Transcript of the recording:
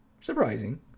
surprising